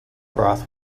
broth